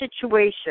situation